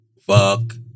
fuck